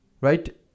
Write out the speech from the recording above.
Right